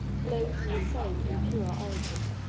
flowed from the same impure origin.